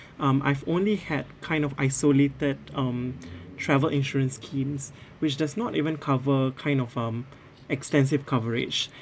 um I've only had kind of isolated um travel insurance schemes which does not even cover kind of um extensive coverage